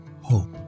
hope